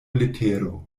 letero